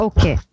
Okay